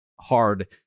hard